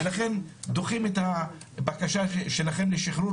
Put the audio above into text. ולכן דוחים את הבקשה שלכם לשחרור